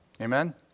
Amen